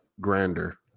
Grander